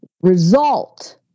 result